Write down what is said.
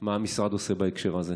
מה המשרד עושה בהקשר הזה?